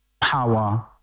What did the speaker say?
power